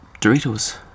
Doritos